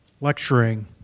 lecturing